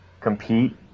compete